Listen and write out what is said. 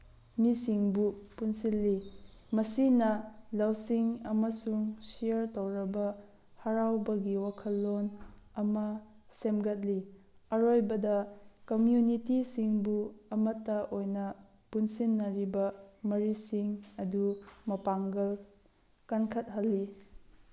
ꯃꯤꯁꯤꯡꯕꯨ ꯄꯨꯟꯁꯤꯜꯂꯤ ꯃꯁꯤꯅ ꯂꯧꯁꯤꯡ ꯑꯃꯁꯨꯡ ꯁꯤꯌꯔ ꯇꯧꯔꯕ ꯍꯔꯥꯎꯕꯒꯤ ꯋꯥꯈꯜꯂꯣꯟ ꯑꯃ ꯁꯦꯝꯒꯠꯂꯤ ꯑꯔꯣꯏꯕꯗ ꯀꯝꯃ꯭ꯌꯨꯅꯤꯇꯤꯁꯤꯡꯕꯨ ꯑꯃꯠꯇ ꯑꯣꯏꯅ ꯄꯨꯟꯁꯤꯟꯅꯔꯤꯕ ꯃꯔꯤꯁꯤꯡ ꯑꯗꯨ ꯃꯄꯥꯡꯒꯜ ꯀꯟꯈꯠꯍꯜꯂꯤ